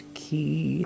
key